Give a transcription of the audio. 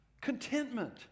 contentment